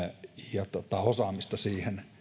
ja osaamista siihen